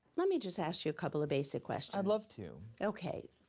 let me just ask you a couple of basic questions. i love to. okay.